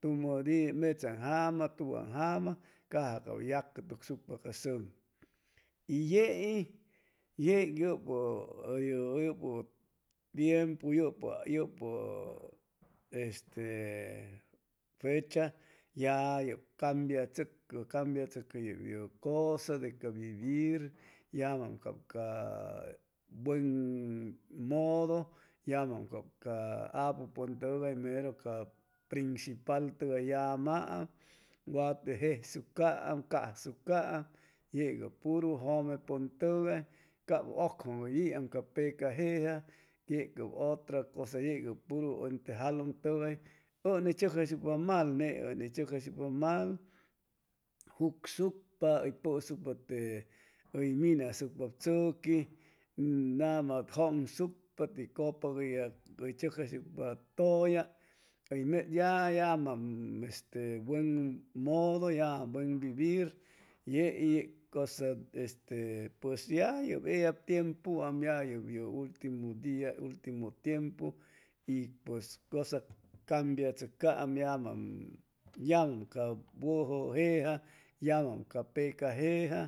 Tumu dia metsaan jama tugaan jama caja cab uy yacutucsucpa ca sun y yeiy teg yupu ye yupu yupu tiempu yupu este fecha ya yeg cambiatsucu cambiatsucu yub yu cusa de ca vivir yamaam cab ca ca buen mudu yamaam cab ca ca apupun tugay mero cab principial tugay yamaam wat jesucaam casucaam yeg puru jume pun tugay cab ucjunu iam ca pecam jeja yeb cab otra cusa yeg ye puru te jalun tugay u ni tesucjaysucpa mal ney um tsucjaysucpa mal jucsucpa pusucpa te minasucpa tsuqui nama junsucpa te cupac uy yag tsucjaysucpa tuya yamam este bien mudu yamaam buen vivir yei yeg cosa este e pues ya pues ya ellab tiempuam yeg ye ultimu dia ultimu tiempu y pues cusa cambia tsucaam cab llamaam llamaam ca wuju jeja yamaca pecaam jeja